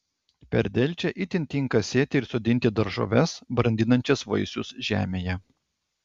per delčią itin tinka sėti ir sodinti daržoves brandinančias vaisius žemėje